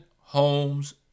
homes